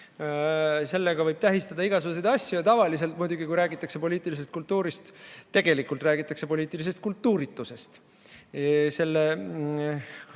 sellega võib tähistada igasuguseid asju. Tavaliselt muidugi, kui räägitakse poliitilisest kultuurist, räägitakse tegelikult poliitilisest kultuuritusest.